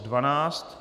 12.